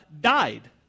died